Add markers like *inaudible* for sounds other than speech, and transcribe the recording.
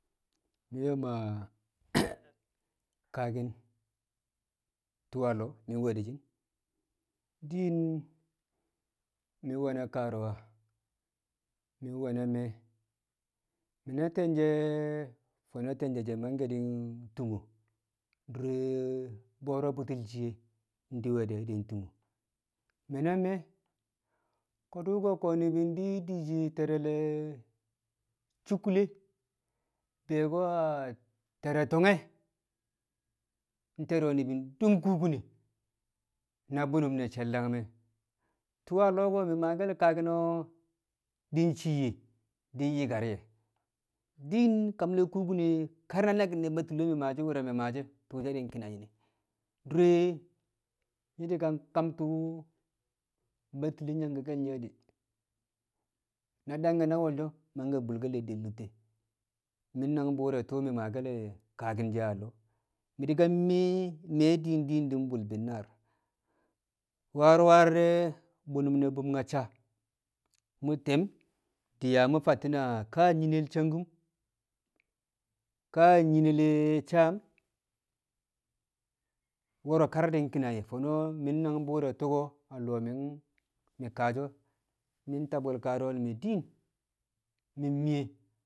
Mi̱ wani̱ maa *noise* kaaki̱n tṵṵ lo̱o̱ mi̱ we̱ di̱ shi̱ din mi̱ we̱na kaaru̱wa mi̱ we̱na me̱e̱ mi̱ na te̱nje̱ fo̱no̱ te̱nje̱ mangke̱ di̱ tumo dure bo̱o̱ro̱ bṵti̱ shiye diwe di̱ tumo mi̱ na me̱e̱ ko̱du̱ ko̱ di̱she ni̱bi̱ di te̱re̱ Sṵkkule̱ bi̱yo̱ko̱ a te̱re̱ To̱nge̱ nte̱re̱ ni̱bi̱ dum kubine na bṵnṵm ne̱ she̱l dagme̱ tṵṵ lo̱o̱ ko̱ mi̱ maake̱l kaaki̱no̱ di̱ cii nye̱ di̱ nyi̱kar nye̱ din kam ne̱ kubine kar naki̱n ne̱ Batile mi̱ maashi̱ e̱ na wṵr re̱ mi̱ maashi̱ e̱ tṵṵ di̱ kina nyine dure nyi̱ di̱ kam kam tṵṵ Batile̱ nyangki̱ke̱l nye̱ di̱. na dange̱ na wo̱lsho mangke̱ bulkel nye̱ de lutte. Mi̱ nangbṵṵr re̱ tṵṵ maake̱l kaaki̱ she̱ a lo̱o̱ mi̱ di̱ mi̱ye̱ me̱e̱ din din di̱ bul bi̱nnaar, warwar de̱ bṵnṵm ne̱ bṵmnyacca mu̱ te̱m di̱ yaa fatti̱n ka nyi̱ne̱ le̱ shankṵm ka nyi̱ne̱ le̱ saam wo̱ro̱ kar di̱ ki̱na nye̱ fo̱no̱ mi̱ nangbṵṵr re̱ tu̱ko̱ lo̱o̱ me̱ kaasho mi̱ ta bwe̱l kaarṵwal me̱ din mi̱ mi̱ye̱.